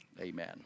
Amen